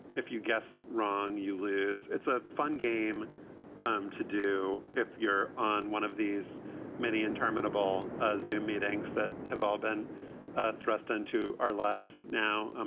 if you guess wrong, you lose. it's a fun game um to do if you're on one of these many interminable ah zoo meetings that have all been ah thrust into our lives now. um